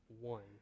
one